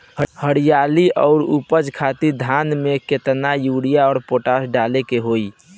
हरियाली और उपज खातिर धान में केतना यूरिया और पोटाश डाले के होई?